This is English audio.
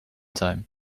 time